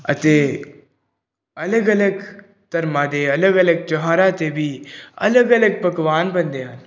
ਅਤੇ ਅਲੱਗ ਅਲੱਗ ਧਰਮਾਂ ਦੇ ਅਲੱਗ ਅਲੱਗ ਤਿਉਹਾਰਾਂ 'ਤੇ ਵੀ ਅਲੱਗ ਅਲੱਗ ਪਕਵਾਨ ਬਣਦੇ ਹਨ